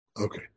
okay